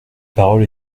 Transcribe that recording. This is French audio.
parole